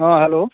हाँ हेलो